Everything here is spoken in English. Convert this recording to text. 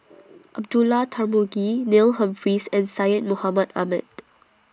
Abdullah Tarmugi Neil Humphreys and Syed Mohamed Ahmed